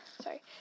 Sorry